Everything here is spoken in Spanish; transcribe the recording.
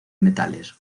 metales